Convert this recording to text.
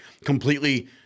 completely